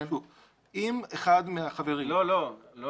אם אחד מהמתנגדים --- לא.